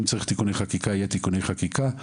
אם צריך תיקוני חקיקה, יהיו תיקוני חקיקה.